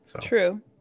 true